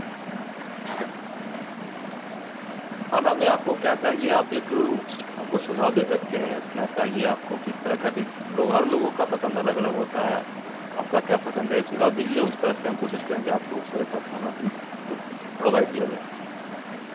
खाना में आपको क्या चाहिए आप एक हमको सुझाव दे सकते हैं क्या चाहिए आपको किस तरह का डिश लोग हर लोगों का पसंद अलग अलग होता है आपको क्या पसंद है एक सुझाव दीजिए उस तरह से हम कोशिश करेंगे आपको उस तरह का खाना डिश आपको प्रोवाइड किया जाए